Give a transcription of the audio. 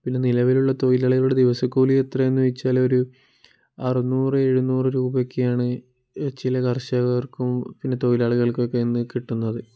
പിന്നെ നിലവിലുള്ള തൊഴിലാളികളുടെ ദിവസക്കൂലി എത്രയാണെന്ന് ചോദിച്ചാലൊരു അറുന്നൂറ് എഴുന്നൂറ് രൂപയൊക്കെയാണ് ചില കർഷകർക്കും പിന്നെ തൊഴിലാളികൾക്കൊക്കെ ഇന്ന് കിട്ടുന്നത്